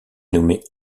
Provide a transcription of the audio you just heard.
nommé